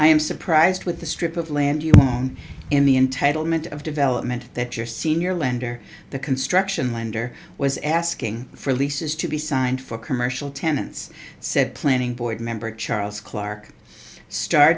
i am surprised with the strip of land you don't in the entitlement of development that your senior lender the construction lender was asking for leases to be signed for commercial tenants said planning board member charles clarke star